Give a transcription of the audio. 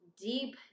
deep